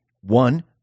One